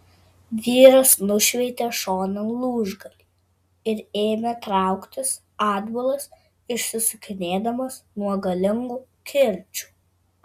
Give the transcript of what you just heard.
vyras nušveitė šonan lūžgalį ir ėmė trauktis atbulas išsisukinėdamas nuo galingų kirčių